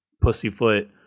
pussyfoot